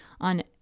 on